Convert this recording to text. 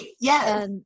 Yes